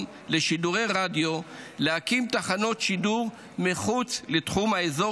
לשידורי רדיו להקים תחנות שידור מחוץ לתחום האזור